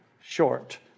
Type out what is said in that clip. short